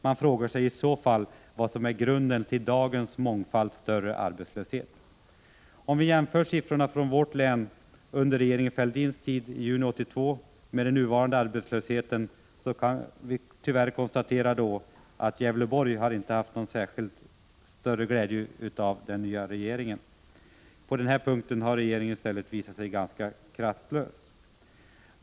Man frågar sig i så fall vad som är grunden till dagens mångfalt större arbetslöshet? Om vi jämför arbetslöshetssiffrorna för vårt län under regeringen Fälldins tidi juni 1982 med den nuvarande arbetslösheten, kan vi tyvärr konstatera att Gävleborg inte har haft någon större glädje av den nya regeringen. På den här punkten har regeringen i stället visat sig ganska kraftlös.